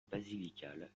basilical